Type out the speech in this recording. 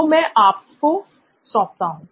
तो मैं आपको सोंपता हूं